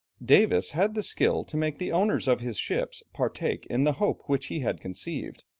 davis had the skill to make the owners of his ships partake in the hope which he had conceived.